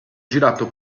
girato